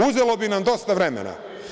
Uzelo bi nam dosta vremena.